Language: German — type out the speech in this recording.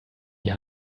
die